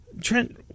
Trent